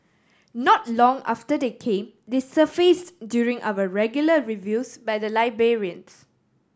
not long after they came they surfaced during our regular reviews by the librarians